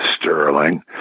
Sterling